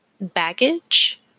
baggage